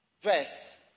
Verse